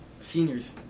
seniors